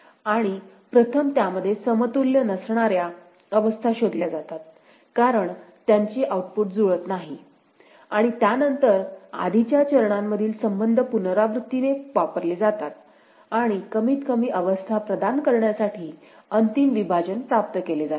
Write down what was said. आणि प्रथम त्यामध्ये समतुल्य नसणाऱ्या अवस्था शोधल्या जातात कारण त्यांचे आउटपुट जुळत नाही आणि त्यानंतर आधीच्या चरणांमधील संबंध पुनरावृत्तीने वापरले जातात आणि कमीतकमी अवस्था प्रदान करण्यासाठी अंतिम विभाजन प्राप्त केले जाते